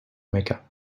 mecca